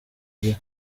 gihe